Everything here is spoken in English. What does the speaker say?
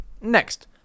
Next